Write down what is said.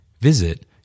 Visit